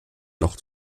noch